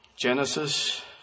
Genesis